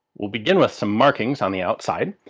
we'll begin with some markings on the outside.